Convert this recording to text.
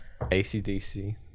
ACDC